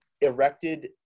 erected